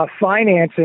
Financing